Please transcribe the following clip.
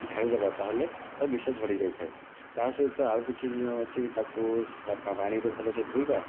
ଢାଳିଦେବା ତାହେଲେ ତା ବିଷ ଝଡ଼ିଯାଇଥାଏ ତାସହିତ ଆଉ କିଛି ଯି ଅଛି ତାକୁ ପାଣିରେ ଭଲସେ ଧୋଇବା